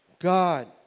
God